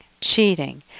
cheating